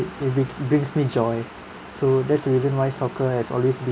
it makes brings me joy so that's the reason why soccer has always been